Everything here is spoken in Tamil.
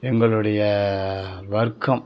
எங்களுடைய வர்க்கம்